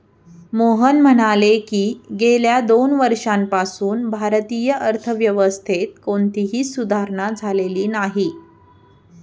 मोहन म्हणाले की, गेल्या दोन वर्षांपासून भारतीय अर्थव्यवस्थेत कोणतीही सुधारणा झालेली नाही